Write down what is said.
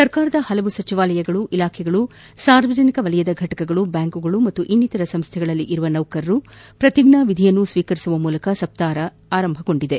ಸರ್ಕಾರದ ಪಲವು ಸಚಿವಾಲಯಗಳು ಇಲಾಖೆಗಳು ಸಾರ್ವಜನಿಕ ವಲಯದ ಘಟಕಗಳು ಬ್ಲಾಂಕುಗಳು ಹಾಗೂ ಅನ್ನಿತರ ಸಂಸ್ಥೆಗಳಲ್ಲಿ ಇರುವ ನೌಕರರು ಪ್ರತಿಜ್ವಾವಿಧಿ ಸ್ವೀಕರಿಸುವ ಮೂಲಕ ಸಪ್ತಾಪ ಆರಂಭಗೊಂಡಿದೆ